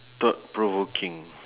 thought provoking